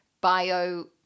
bio